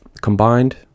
Combined